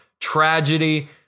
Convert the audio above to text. tragedy